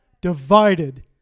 Divided